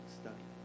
study